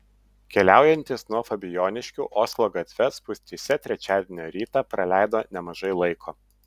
keliaujantys nuo fabijoniškių oslo gatve spūstyse trečiadienio rytą praleido nemažai laiko